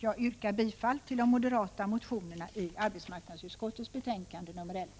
Jag yrkar bifall till de moderata motionerna i arbetsmarknadsutskottets betänkande nr 11.